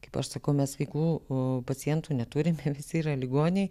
kaip aš sakau mes sveikų pacientų neturime visi yra ligoniai